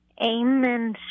Amen